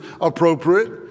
appropriate